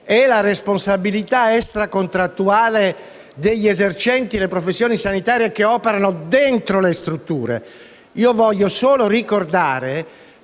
e la responsabilità extracontrattuale degli esercenti le professioni sanitarie che operano dentro le strutture. Voglio solo ricordare